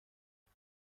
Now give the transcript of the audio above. مهم